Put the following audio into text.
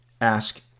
ask